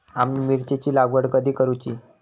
आम्ही मिरचेंची लागवड कधी करूची?